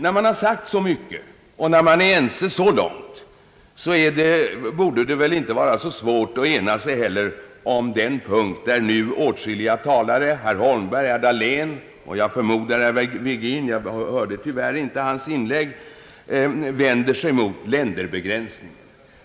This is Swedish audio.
När man har sagt så mycket och när man är ense så långt borde det inte vara så svårt att ena sig även om den punkt där nu åtskilliga talare, bland dem herr Holmberg, herr Dahlén och jag förmodar även herr Virgin — jag hörde tyvärr inte hans inlägg — vänder sig emot länderbegränsningen.